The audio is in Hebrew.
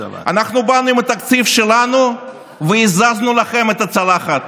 אנחנו באנו עם התקציב שלנו והזזנו לכם את הצלחת,